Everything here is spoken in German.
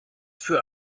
für